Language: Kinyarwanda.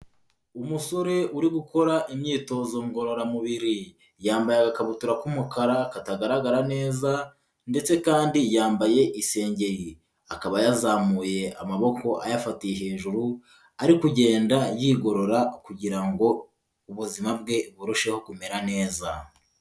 Umusore uri gukora imyitozo ngororamubiri, yambaye agakabutura k'umukara katagaragara neza ndetse kandi yambaye isengeri, akaba yazamuye amaboko ayafatiye hejuru, ari kugenda yigorora kugira ngo ubuzima bwe burusheho kumera neza.